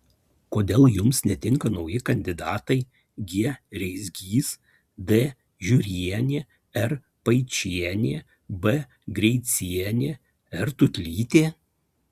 kodėl jums netinka nauji kandidatai g reisgys d žiurienė r paičienė b greicienė r tūtlytė